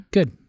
Good